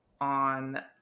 on